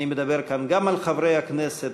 אני מדבר כאן גם על חברי הכנסת,